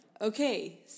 okay